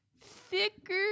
thicker